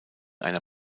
einer